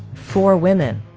for women.